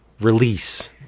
Release